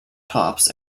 tops